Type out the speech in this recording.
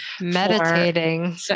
Meditating